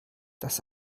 das